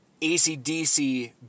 acdc